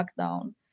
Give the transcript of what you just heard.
lockdown